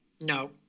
No